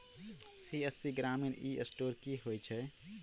CSC ग्रामीण e store की होइ छै?